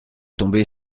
tomber